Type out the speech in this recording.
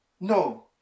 No